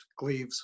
Gleaves